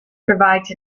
provides